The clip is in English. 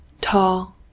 tall